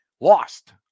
Lost